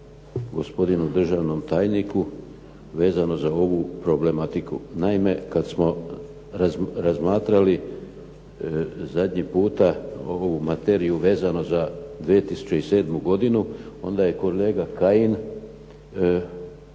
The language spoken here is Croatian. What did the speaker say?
gospodinu državnom tajniku vezano za ovu problematiku. Naime, kada smo razmatrali ovu materiju vezano za 2007. godinu, onda je kolega Kajin nema